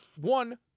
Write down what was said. one